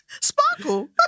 Sparkle